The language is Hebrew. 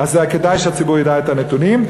אז כדאי שהציבור ידע את הנתונים.